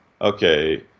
Okay